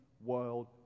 world